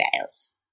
else